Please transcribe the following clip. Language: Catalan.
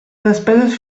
despeses